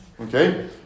Okay